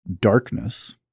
Darkness